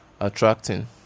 attracting